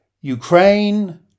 Ukraine